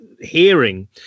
hearing